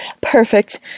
perfect